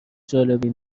جالبی